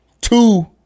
two